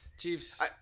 Chiefs